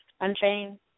Unchained